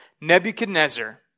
Nebuchadnezzar